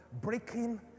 breaking